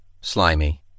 slimy